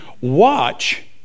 Watch